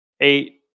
eight